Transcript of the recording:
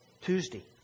Tuesday